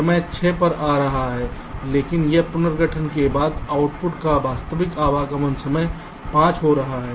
समय 6 पर आ रहा है लेकिन इस पुनर्गठन के बाद आउटपुट का वास्तविक आगमन समय 5 हो रहा है